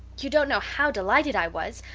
you don't know how delighted i was.